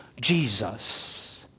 Jesus